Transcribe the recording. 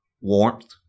warmth